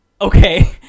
Okay